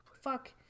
Fuck